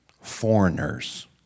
foreigners